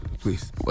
please